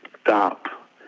stop